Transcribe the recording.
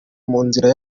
munzira